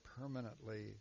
permanently